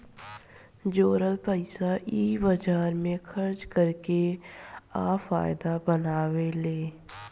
जोरल पइसा इ बाजार मे खर्चा कर के आ फायदा बनावेले